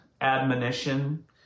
admonition